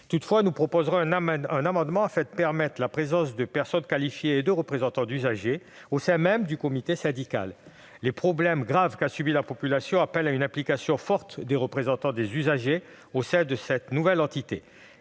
Toutefois, nous proposerons un amendement visant à permettre la présence de personnes qualifiées et de représentants d'usagers au sein même du comité syndical. Les graves problèmes qu'a subis la population appellent une implication forte des représentants des usagers au sein de cette nouvelle entité.